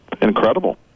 incredible